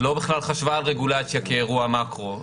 לא בכלל חשבה על רגולציה כאירוע מקרו,